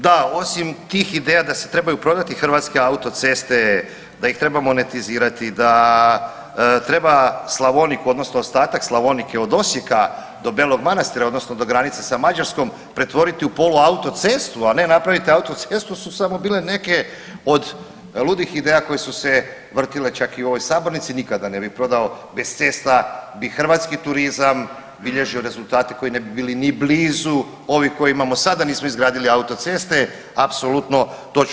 Da osim tih ideja da se trebaju prodati Hrvatske autoceste, da ih treba monetizirati da treba Slavoniku odnosno ostatak Slavonike od Osijeka do Belog Manastira odnosno do granice sa Mađarskom pretvoriti u poluautocestu a ne napraviti autocestu su samo bile neke od ludih ideja koje su se vrtile čak i u ovoj sabornici nikad ne bi prodao bez cesta ni hrvatski turizam bilježio rezultate koji ne bi bili ni blizu ovih koje imamo sada da nismo izgradili autoceste apsolutno točno.